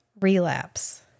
relapse